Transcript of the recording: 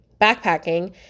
backpacking